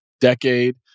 decade